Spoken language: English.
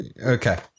Okay